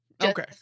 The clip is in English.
Okay